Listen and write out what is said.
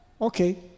Okay